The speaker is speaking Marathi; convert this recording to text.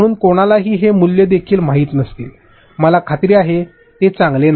म्हणून कोणालाही हे मूल्य देखील माहित नसतील मला खात्री आहे की ते चांगले नाही